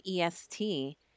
EST